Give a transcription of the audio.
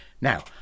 Now